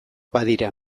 badira